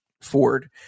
Ford